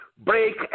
break